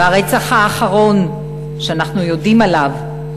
והרצח האחרון שאנחנו יודעים עליו,